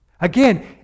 Again